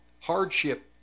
hardship